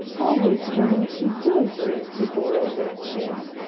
always running to your room to borrow matches?